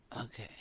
Okay